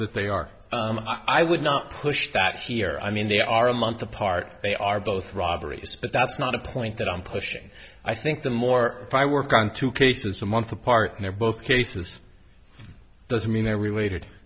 that they are i would not push that here i mean they are a month apart they are both robberies but that's not a point that i'm pushing i think the more i work on two cases a month apart and they're both cases doesn't mean they're related